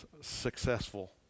successful